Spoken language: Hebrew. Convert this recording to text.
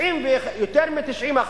יותר מ-90%,